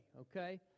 Okay